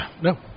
No